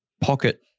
pocket